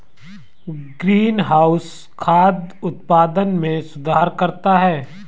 greenhouse खाद्य उत्पादन में सुधार करता है